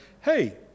hey